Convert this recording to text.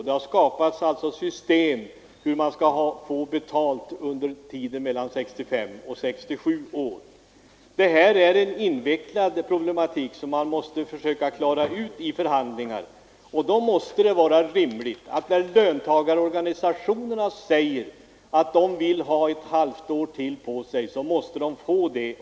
Det har skapats ett system för hur man skall få pension under tiden mellan 65 och 67 år. Detta är en invecklad problematik som man måste klara ut i förhandlingar. När löntagarorganisationerna säger att de behöver ytterligare ett halvt år så måste de också få det.